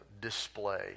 display